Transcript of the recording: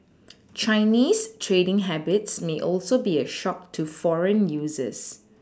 Chinese trading habits may also be a shock to foreign users